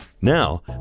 Now